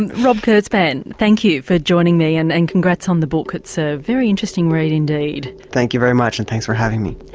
and rob kurzban, thank you for joining me and and congrats on the book, it's a very interesting read indeed. thank you very much, and thanks for having me.